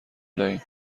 دهیم